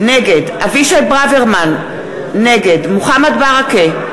נגד אבישי ברוורמן, נגד מוחמד ברכה,